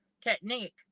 technique